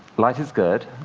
light is good.